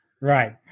right